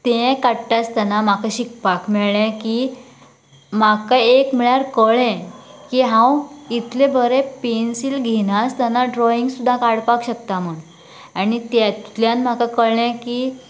तें काडटा आसतना म्हाका शिकपाक मेळ्ळें की म्हाका एक म्हळ्यार कळ्ळे की हांव इतले बरें पेन्सील घेनासतना ड्रॉवींग सुद्दां काडपाक शकता म्हण आनी तेतूंतल्यान म्हाका कळ्ळें की